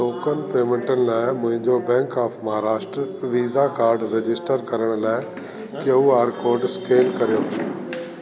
token पेमेंटुनि लाइ मुंहिंजो bank of Maharashtra Visa card register करण लाइ क्यू आर कोड स्केन करियो